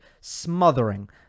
smothering